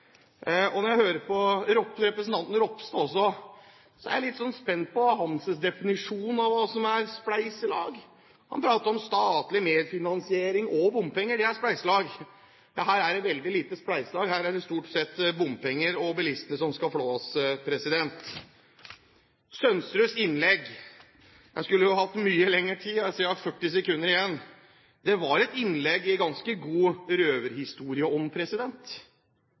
dag. Når jeg hører på representanten Ropstad, er jeg litt spent på hans definisjon av hva som er spleiselag. Han prater om statlig medfinansiering og bompenger – det er spleiselag! Her er det veldig lite spleiselag, her er det stort sett bompenger, og det er bilistene som skal flås. Representanten Sønsteruds innlegg – jeg skulle hatt mye lengre tid, jeg ser at jeg har 40 sekunder igjen – var et innlegg i ganske god